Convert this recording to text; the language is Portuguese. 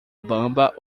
bamba